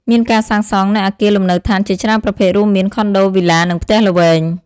មានការសាងសង់នូវអគារលំនៅឋានជាច្រើនប្រភេទ រួមមាន ខុនដូ វីឡា និងផ្ទះល្វែង។